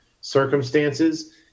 circumstances